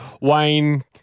Wayne